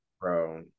Bro